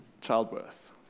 childbirth